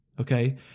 Okay